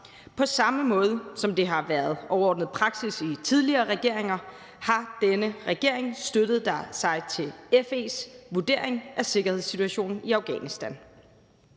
På samme måde, som det har været overordnet praksis i tidligere regeringer, har denne regering støttet sig til FE's vurdering af sikkerhedssituationen i Afghanistan,